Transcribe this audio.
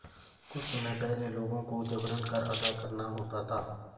कुछ समय पहले लोगों को जबरन कर अदा करना होता था